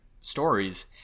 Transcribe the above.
stories